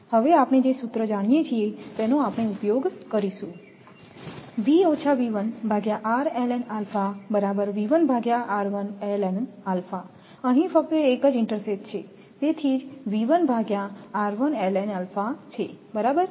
હવે આપણે જે સૂત્ર જાણીએ છીએ તેનો આપણે ઉપયોગ કરીશું અહીં ફક્ત એક જ ઇન્ટરસેથ છે તેથી જ છે બરાબર